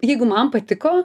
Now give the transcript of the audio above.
jeigu man patiko